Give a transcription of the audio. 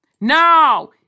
no